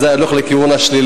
אז זה היה הולך לכיוון השלילה.